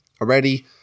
already